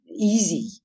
easy